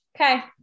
Okay